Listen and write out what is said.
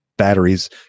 batteries